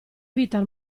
vita